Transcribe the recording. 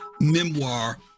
memoir